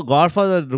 Godfather